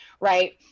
right